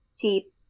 cheap